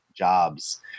Jobs